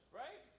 right